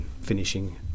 finishing